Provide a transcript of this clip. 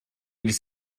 ils